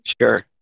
Sure